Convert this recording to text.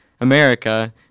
America